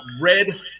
red